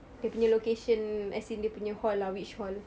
dia punya location as in dia punya hall lah which hall